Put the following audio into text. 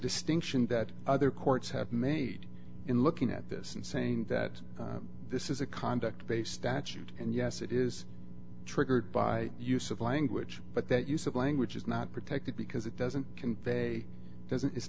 distinction that other courts have made in looking at this and saying that this is a conduct based statute and yes it is triggered by use of language but that use of language is not protected because it doesn't convey doesn't it's